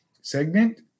Segment